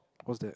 what's that